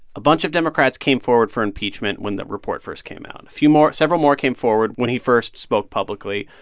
a bunch of democrats came forward for impeachment when that report first came out. a few more several more came forward when he first spoke publicly,